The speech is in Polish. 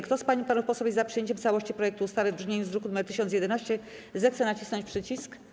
Kto z pań i panów posłów jest za przyjęciem w całości projektu ustawy w brzmieniu z druku nr 1011, zechce nacisnąć przycisk.